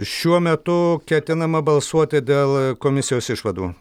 šiuo metu ketinama balsuoti dėl komisijos išvadų